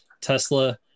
Tesla